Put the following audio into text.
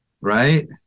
right